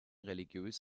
religiös